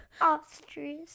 Ostrich